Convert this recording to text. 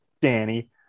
Danny